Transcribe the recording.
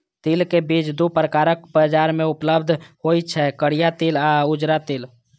तिल के बीज दू प्रकारक बाजार मे उपलब्ध होइ छै, करिया तिल आ उजरा तिल